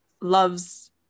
loves